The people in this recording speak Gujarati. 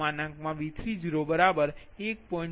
0 V30 1